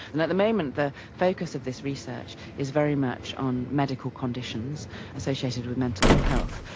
and at the moment the focus of this research is very much on medical conditions associated with mental ill-health.